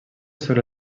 sobre